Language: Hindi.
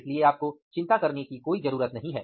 इसलिए आपको चिंता करने की कोई जरूरत नहीं है